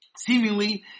seemingly